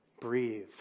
breathe